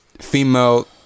female